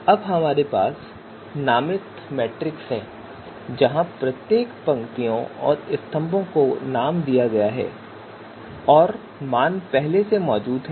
अब हमारे पास नामित मैट्रिक्स है जहां प्रत्येक पंक्तियों और स्तंभों का नाम दिया गया है और मान पहले से मौजूद हैं